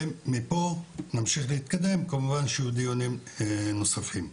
ומפה נמשיך להתקדם לדיונים נוספים.